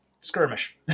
skirmish